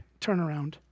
turnaround